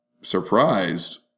surprised